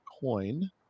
coin